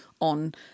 on